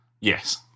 Yes